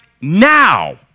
now